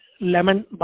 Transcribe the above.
lemon